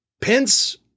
Pence